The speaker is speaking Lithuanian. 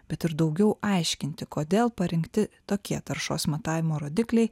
bet ir daugiau aiškinti kodėl parinkti tokie taršos matavimo rodikliai